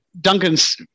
Duncan's